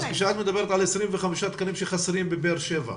כשאת מדברת על 25 תקנים שחסרים בבאר שבע,